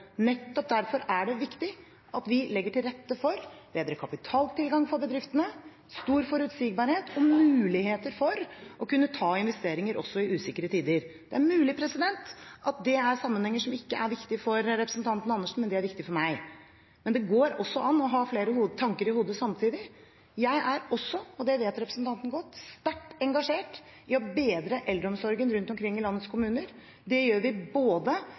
Nettopp derfor er det viktig at vi legger til rette for bedre kapitaltilgang for bedriftene, stor forutsigbarhet og muligheter for å kunne gjøre investeringer også i usikre tider. Det er mulig at det er sammenhenger som ikke er viktige for representanten Andersen, men de er viktige for meg. Men det går også an å ha flere tanker i hodet samtidig. Jeg er også – og det vet representanten godt – sterkt engasjert i å bedre eldreomsorgen rundt omkring i landets kommuner. Det gjør vi